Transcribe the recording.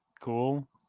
cool